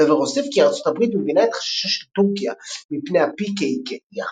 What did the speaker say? הדובר הוסיף כי ארצות הברית מבינה את חששה של טורקיה מפני ה-PKK אך